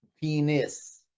Penis